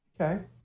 Okay